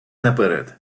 наперед